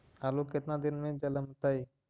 आलू केतना दिन में जलमतइ?